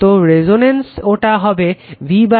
তো রেজনেন্সে ওটা হবে VR